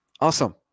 Awesome